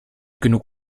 genug